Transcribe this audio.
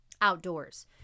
outdoors